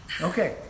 Okay